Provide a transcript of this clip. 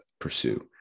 pursue